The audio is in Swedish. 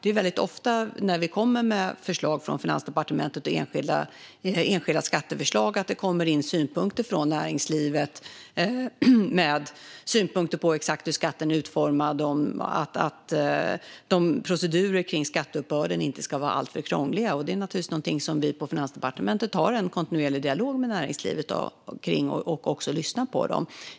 Väldigt ofta när vi kommer med enskilda skatteförslag från Finansdepartementet kommer det in synpunkter från näringslivet om exakt hur skatten är utformad och om att procedurerna kring skatteuppbörden inte ska vara alltför krångliga. Vi på Finansdepartementet har naturligtvis en kontinuerlig dialog med näringslivet om detta och lyssnar på dem.